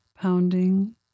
pounding